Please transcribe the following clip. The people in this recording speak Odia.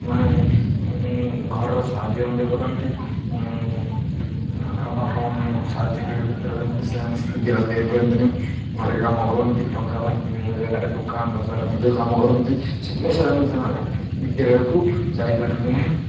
ମାନେ ଘରର ସାହାଯ୍ୟ ମଧ୍ୟ କରନ୍ତି ଆଉ ବାପା ମାନଙ୍କୁ ସାହାଯ୍ୟ କରିବା କ୍ଷେତ୍ରରେ ମଧ୍ୟ ସେମାନେ ବିଦ୍ୟାଳୟକୁ ଯାଇପାରନ୍ତି ନାହିଁ ଘରେ କାମ କରନ୍ତି ଟଙ୍କା ବିଭିନ୍ନ ଜାଗାରେ ଦୋକାନ ବଜାର ମଧ୍ୟ କାମ କରନ୍ତି ସେଥିପାଇଁ ସାଧାରଣତଃ ସେମାନେ ବିଦ୍ୟାଳୟକୁ ଯାଇପାରନ୍ତି ନାହିଁ